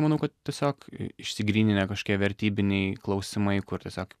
manau kad tiesiog išsigryninę kažkokie vertybiniai klausimai kur tiesiog